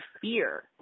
fear